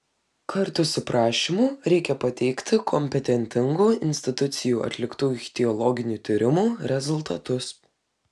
kartu su prašymu reikia pateikti kompetentingų institucijų atliktų ichtiologinių tyrimų rezultatus